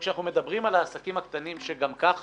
כאשר אנחנו מדברים על העסקים הקטנים שגם כך